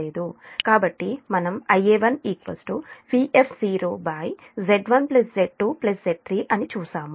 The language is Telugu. కాబట్టి మనం Ia1 Vf0 Z1Z2Z3 అని చూశాము